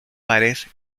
bares